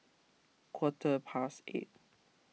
quarter past eight